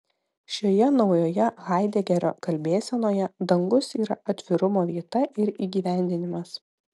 šioje naujoje haidegerio kalbėsenoje dangus yra atvirumo vieta ir įgyvendinimas